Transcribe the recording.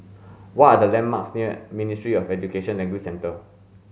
what are the landmarks near Ministry of Education Language Centre